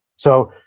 so,